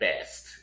best